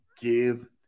give